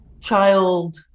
Child